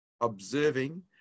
observing